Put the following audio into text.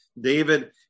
David